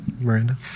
Miranda